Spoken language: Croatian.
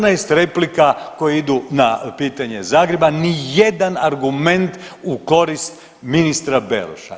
14 replika koje idu na pitanje Zagreba, ni jedan argument u korist ministra Beroša.